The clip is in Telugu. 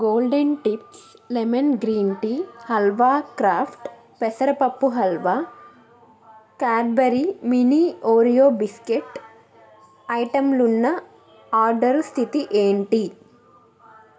golden tips lemon green tea halwa craft పెసరపప్పు halwa Cadbury mini Oreo biscuit ఐటెంలున్న ఆర్డరు స్థితి ఏంటి